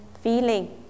feeling